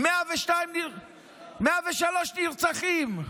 103 נרצחים,